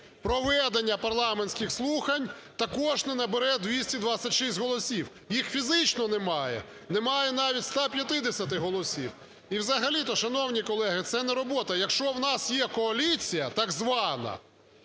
проведення парламентських слухань також не набере 226 голосів. Їх фізично немає, немає навіть 150 голосів. І взагалі-то, шановні колеги, це не робота. Якщо у нас є коаліція так звана,